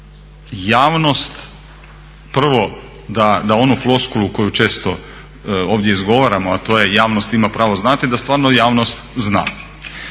da javnost prvo da onu floskulu koju često ovdje izgovaramo, a to je javnost ima pravo znati, da stvarno javnost zna.